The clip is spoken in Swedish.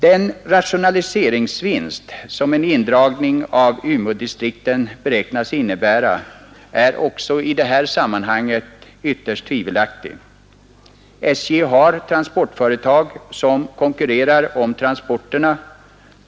Den rationaliseringsvinst som en indragning av Umeådistrikten beräknas innebära är också i det här sammanhanget ytterst tvivelaktig. SJ har transportföretag som konkurrerar om transporterna.